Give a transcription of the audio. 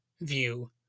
view